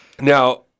Now